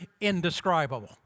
indescribable